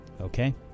Okay